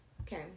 Okay